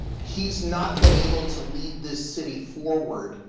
he's not been able to lead this city forward,